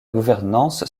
gouvernance